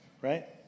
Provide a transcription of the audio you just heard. right